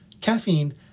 Caffeine